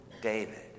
David